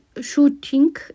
shooting